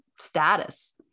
status